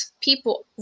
people